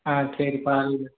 ஆ சரிப்பா அது